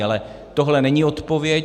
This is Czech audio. Ale tohle není odpověď.